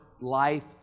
life